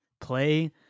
Play